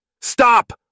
Stop